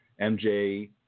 MJ